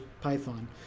Python